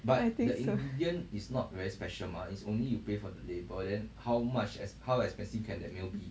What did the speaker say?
I think so